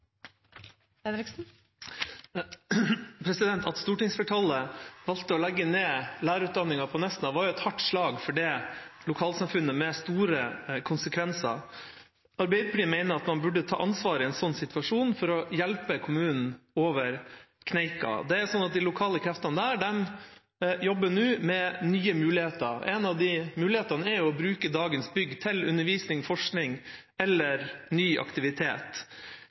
At stortingsflertallet valgte å legge ned lærerutdanningen på Nesna, var et hardt slag for det lokalsamfunnet, med store konsekvenser. Arbeiderpartiet mener at man burde ta ansvar i en sånn situasjon for å hjelpe kommunen over kneika. De lokale kreftene der jobber nå med nye muligheter. En av de mulighetene er å bruke dagens bygg til undervisning, forskning eller ny aktivitet.